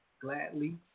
gladly